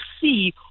see